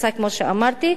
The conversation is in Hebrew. כמו שאמרתי,